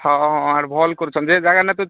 ହ ଆର୍ ଭଲ କରୁଛନ୍ ଯେ ସେ ଜାଗା ନା ତ